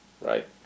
right